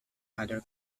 other